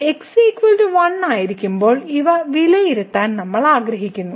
x 1 ആയിരിക്കുമ്പോൾ ഇവ വിലയിരുത്താൻ നമ്മൾ ആഗ്രഹിക്കുന്നു